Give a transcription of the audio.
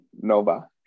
Nova